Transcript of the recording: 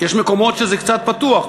יש מקומות שזה קצת פתוח.